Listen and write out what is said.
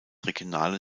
regionalen